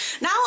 Now